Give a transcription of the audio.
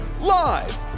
live